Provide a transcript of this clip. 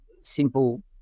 simple